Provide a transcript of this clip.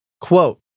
Quote